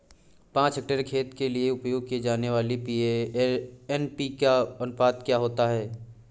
पाँच हेक्टेयर खेत के लिए उपयोग की जाने वाली एन.पी.के का अनुपात क्या होता है?